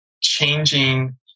changing